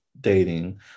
dating